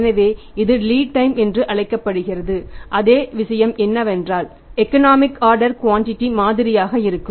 எனவே இது lead time மாதிரியாக இருக்கும்